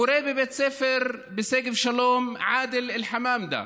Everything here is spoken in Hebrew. מורה בבית ספר בשגב שלום, עאדל אל-חמאמדה,